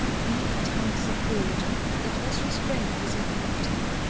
he untied the chord that was restrained within the octave,